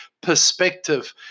perspective